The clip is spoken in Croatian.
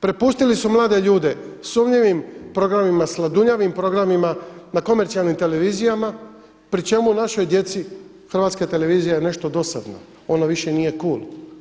Prepustili su mlade ljude sumnjivim programima, sladunjavim programa na komercijalnim televizijama pri čemu našoj djeci Hrvatska televizija je nešto dosadna, ona više nije kul.